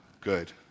good